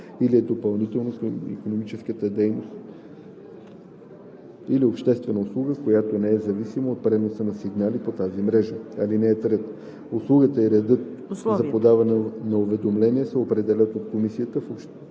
или е допълнително към икономическа дейност или обществена услуга, която не е зависима от преноса на сигнали по тези мрежи. (3) Условията и редът за подаване на уведомления се определят от Комисията в общите